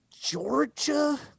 Georgia